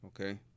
okay